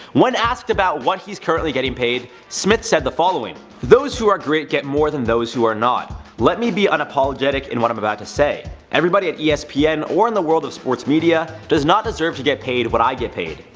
when asked about what he's currently getting paid, smith said the following those who are great get more those who are not. let me be unapologetic in what i'm about to say. everybody at yeah espn or in the world of sports media does not deserve to get paid what i get paid.